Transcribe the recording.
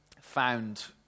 found